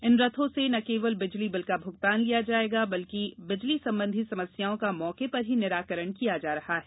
इन रथों से न केवल बिजली बिल का भूगतान लिया जा रहा है बल्कि बिजली संबंधी समस्याओं का मौके पर ही निराकरण किया जा रहा है